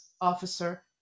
officer